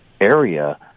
area